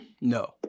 No